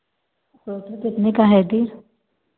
तो फिर कितने का है दी